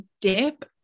dip